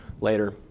later